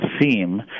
theme